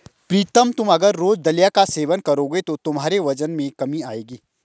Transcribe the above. प्रीतम तुम अगर रोज सुबह दलिया का सेवन करोगे तो तुम्हारे वजन में कमी आएगी